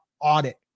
audit